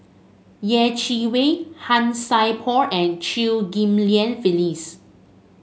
Yeh Chi Wei Han Sai Por and Chew Ghim Lian Phyllis